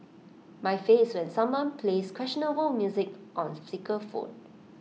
my face when someone plays questionable music on speaker phone